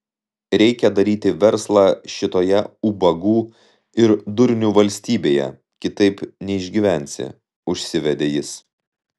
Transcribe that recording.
reikia daryti verslą šitoje ubagų ir durnių valstybėje kitaip neišgyvensi užsivedė jis